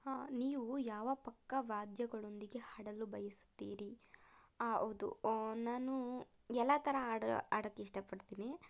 ನೀವು ಯಾವ ಪಕ್ಕವಾದ್ಯಗಳೊಂದಿಗೆ ಹಾಡಲು ಬಯಸುತ್ತೀರಿ ಹೌದು ನಾನು ಎಲ್ಲ ಥರ ಹಾಡು ಹಾಡಕ್ಕೆ ಇಷ್ಟಪಡ್ತೀನಿ